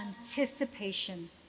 anticipation